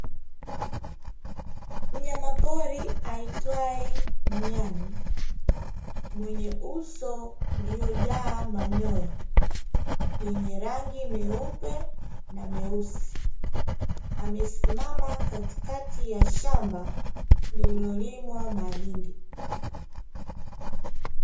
Mnyama pori aitwaye nyani, mwenye uso uliojaa manyoya yenye rangi meupe na meusi, amesimama katikati ya shamba lililolimwa mahindi.